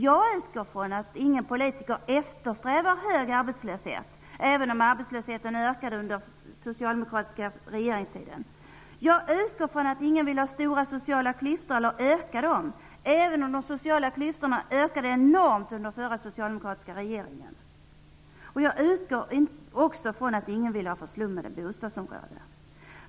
Jag utgår från att ingen politiker eftersträvar hög arbetslöshet, även om arbetslösheten ökade under den socialdemokratiska regeringstiden. Jag utgår från att ingen vill ha stora sociala klyftor eller öka de som finns, även om de sociala klyftorna ökade enormt under den förra socialdemokratiska regeringen. Jag utgår också från att ingen vill ha förslummade bostadsområden.